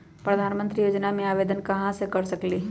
प्रधानमंत्री योजना में आवेदन कहा से कर सकेली?